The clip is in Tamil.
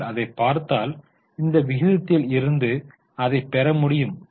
நீங்கள் அதைப் பார்த்தால் இந்த விகிதத்தில் இருந்து அதைப் பெற முடியும்